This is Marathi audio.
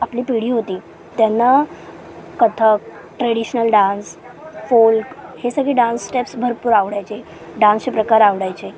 आपली पिढी होती त्यांना कथक ट्रेडीशनल डांस फोल्क हे सगळे डांस स्टेप्स भरपूर आवडायचे डांसचे प्रकार आवडायचे